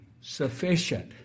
sufficient